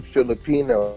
Filipino